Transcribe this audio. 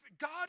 God